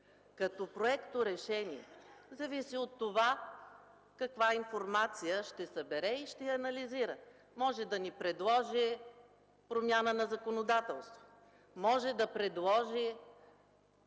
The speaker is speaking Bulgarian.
като проекторешение, зависи от това каква информация ще събере и ще анализира. Може да ни предложи промяна на законодателството; може да предложи